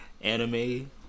anime